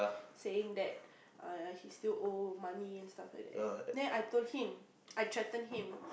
saying that err he still owe money and stuff like that then I told him I threaten him